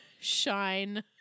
shine